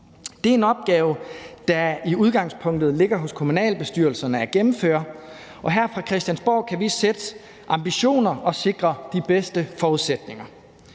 Det er en opgave, der i udgangspunktet ligger hos kommunalbestyrelserne at gennemføre, og her fra Christiansborg kan vi sætte ambitioner og sikre de bedste forudsætninger.